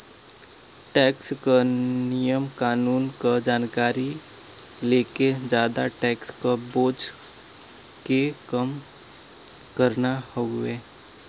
tax क नियम कानून क जानकारी लेके जादा टैक्स क बोझ के कम करना हउवे